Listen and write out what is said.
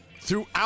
throughout